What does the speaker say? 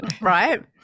Right